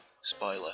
spoiler